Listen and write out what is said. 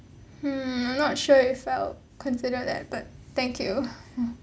hmm I'm not sure if I'll consider that but thank you